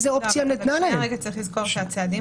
צריך לזכור שהצעדים